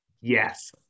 Yes